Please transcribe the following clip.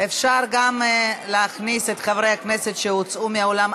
אפשר להכניס את חברי הכנסת שהוצאו מהאולם.